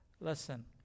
Listen